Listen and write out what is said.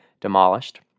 demolished